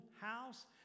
house